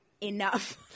enough